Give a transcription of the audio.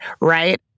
right